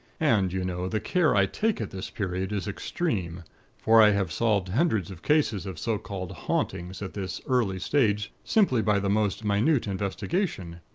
and, you know, the care i take at this period is extreme for i have solved hundreds of cases of so-called hauntings at this early stage, simply by the most minute investigation,